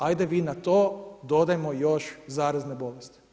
Ajde vi na to dodajmo još zarazne bolesti.